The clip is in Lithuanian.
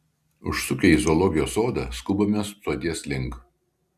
užsukę į zoologijos sodą skubame stoties link